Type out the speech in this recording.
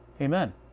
Amen